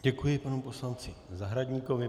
Děkuji panu poslanci Zahradníkovi.